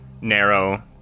narrow